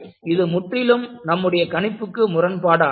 இது முற்றிலும் நம்முடைய கணிப்புக்கு முரண்பாடானது